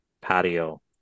patio